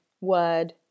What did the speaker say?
word